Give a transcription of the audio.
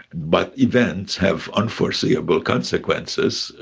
but events have unforeseeable consequences,